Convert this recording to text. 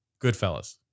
Goodfellas